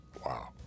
Wow